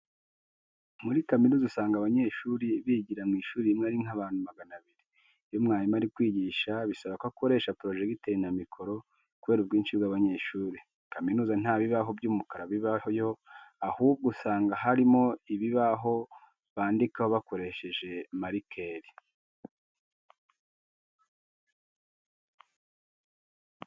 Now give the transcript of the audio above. Muri kaminuza usanga abanyeshuri bigira mu ishuri rimwe ari nk'abantu magana abiri. Iyo mwarimu ari kwigisha bisaba ko akoresha porojegiteri na mikoro kubera ubwinshi bw'abanyeshuri. Kaminuza nta bibaho by'umukara bibayo ahubwo usanga harimo ibibaho bandikaho bakoresheje marikeri.